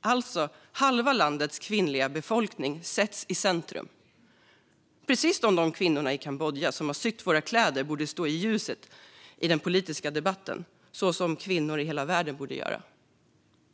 alltså halva landets kvinnliga befolkning, sätts i centrum. De kvinnor i Kambodja som har sytt våra kläder borde stå i ljuset i den politiska debatten. Det borde kvinnor i hela världen göra.